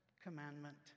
commandment